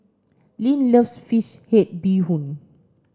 Linn loves fish head bee Hoon